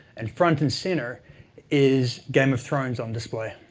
and front and center is game of thrones on display.